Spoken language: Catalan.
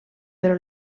però